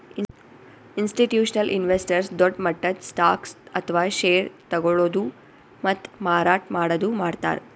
institutional investors ದೊಡ್ಡ್ ಮಟ್ಟದ್ stocks ಅಥವಾ ಷೇರ್ ತಗೋಳದು ಮತ್ತ್ ಮಾರಾಟ್ ಮಾಡದು ಮಾಡ್ತಾರ್